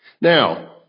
Now